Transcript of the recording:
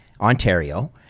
Ontario